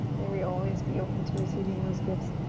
may we always be open to receiving those gifts.